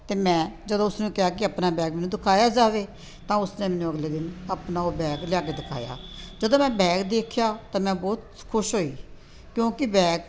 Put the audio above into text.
ਅਤੇ ਮੈਂ ਜਦੋਂ ਉਸਨੂੰ ਕਿਹਾ ਕਿ ਆਪਣਾ ਬੈਗ ਮੈਨੂੰ ਦਿਖਾਇਆ ਜਾਵੇ ਤਾਂ ਉਸ ਨੇ ਮੈਨੂੰ ਅਗਲੇ ਦਿਨ ਆਪਣਾ ਉਹ ਬੈਗ ਲਿਆ ਕੇ ਦਿਖਾਇਆ ਜਦੋਂ ਮੈਂ ਬੈਗ ਦੇਖਿਆ ਤਾਂ ਮੈਂ ਬਹੁਤ ਖੁਸ਼ ਹੋਈ ਕਿਉਂਕਿ